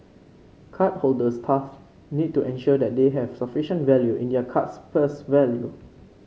card holders thus need to ensure that they have sufficient value in their card's purse value